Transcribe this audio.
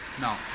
No